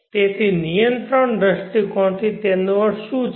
તેથી નિયંત્રણ દૃષ્ટિકોણથી તેનો અર્થ શું છે